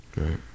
Right